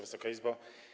Wysoka Izbo!